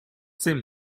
seem